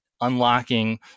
unlocking